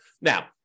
Now